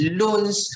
loans